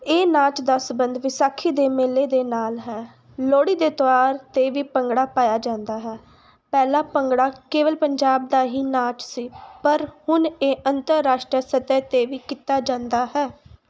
ਇਹ ਨਾਚ ਦਾ ਸੰਬੰਧ ਵਿਸਾਖੀ ਦੇ ਮੇਲੇ ਦੇ ਨਾਲ ਹੈ ਲੋਹੜੀ ਦੇ ਤਿਉਹਾਰ 'ਤੇ ਵੀ ਭੰਗੜਾ ਪਾਇਆ ਜਾਂਦਾ ਹੈ ਪਹਿਲਾਂ ਭੰਗੜਾ ਕੇਵਲ ਪੰਜਾਬ ਦਾ ਹੀ ਨਾਚ ਸੀ ਪਰ ਹੁਣ ਇਹ ਅੰਤਰਰਾਸ਼ਟਰੀ ਸਤਰ 'ਤੇ ਵੀ ਕੀਤਾ ਜਾਂਦਾ ਹੈ